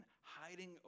hiding